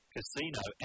Casino